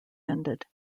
ended